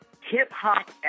hip-hop